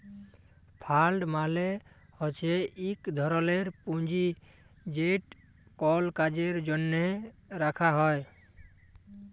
fund মালে হছে ইক ধরলের পুঁজি যেট কল কাজের জ্যনহে রাখা হ্যয়